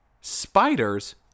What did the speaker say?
spiders